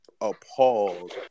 appalled